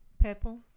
Purple